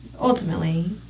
ultimately